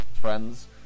friends